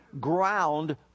ground